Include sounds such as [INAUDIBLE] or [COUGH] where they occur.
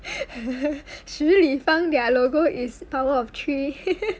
[LAUGHS] 实力乙方 their logo is power of three